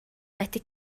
wedi